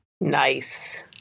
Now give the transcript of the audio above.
Nice